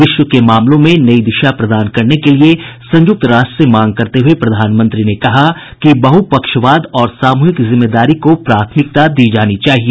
विश्व के मामलों में नयी दिशा प्रदान करने के लिए संयुक्त राष्ट्र से मांग करते हुए प्रधानमंत्री ने कहा कि बहु पक्षवाद और सामूहिक जिम्मेदारी को प्राथमिकता दी जानी चाहिए